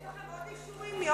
יש לכם עוד אישורים?